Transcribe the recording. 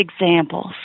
examples